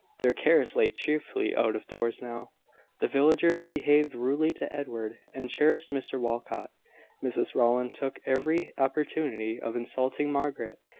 their cares lay chiefly out of doors now the villagers behaved rudely to edward, and cherished mr walcot mrs rowland took every opportunity of insulting margaret,